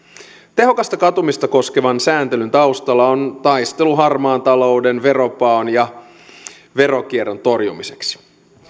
tehokasta katumista koskevan sääntelyn taustalla on taistelu harmaan talouden veropaon ja veronkierron torjumiseksi